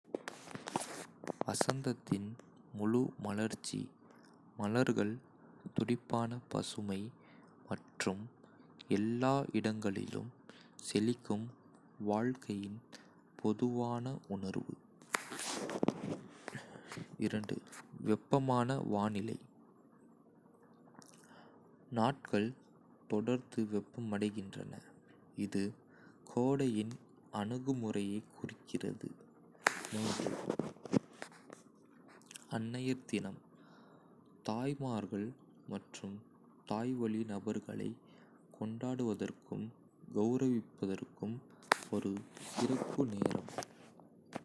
வசந்தத்தின் முழு மலர்ச்சி மலர்கள், துடிப்பான பசுமை, மற்றும் எல்லா இடங்களிலும் செழிக்கும் வாழ்க்கையின் பொதுவான உணர்வு. வெப்பமான வானிலை நாட்கள் தொடர்ந்து வெப்பமடைகின்றன, இது கோடையின் அணுகுமுறையைக் குறிக்கிறது. அன்னையர் தினம் தாய்மார்கள் மற்றும் தாய்வழி நபர்களைக் கொண்டாடுவதற்கும் கௌரவிப்பதற்கும் ஒரு சிறப்பு நேரம்.